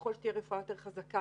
ככל שתהיה רפואה יותר חזקה